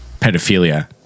pedophilia